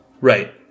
Right